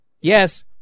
yes